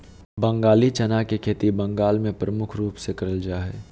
बंगाली चना के खेती बंगाल मे प्रमुख रूप से करल जा हय